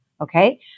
okay